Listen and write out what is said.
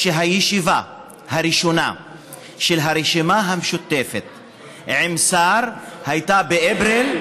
שהישיבה הראשונה של הרשימה המשותפת עם השר הייתה באפריל.